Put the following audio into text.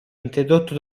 interrotto